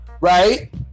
right